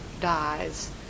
dies